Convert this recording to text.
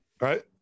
Right